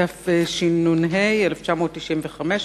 התשנ"ה 1995,